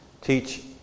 teach